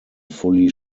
fully